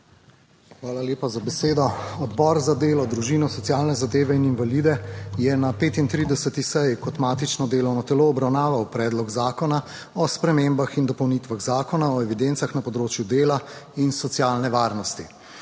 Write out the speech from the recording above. Hvala lepa za besedo. Odbor za delo, družino, socialne zadeve in invalide je na 35. seji kot matično delovno telo obravnaval Predlog zakona o spremembah in dopolnitvah Zakona o evidencah na področju dela in socialne varnosti.